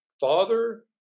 father